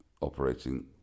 operating